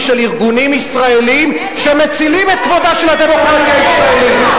של ארגונים ישראליים שמצילים את כבודה של הדמוקרטיה הישראלית.